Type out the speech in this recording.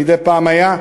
שמדי פעם היה.